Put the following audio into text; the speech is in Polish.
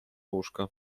łóżka